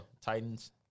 Titans